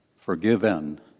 forgiven